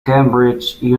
cambridge